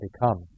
become